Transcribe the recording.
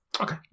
Okay